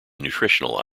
nutritional